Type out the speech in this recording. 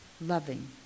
loving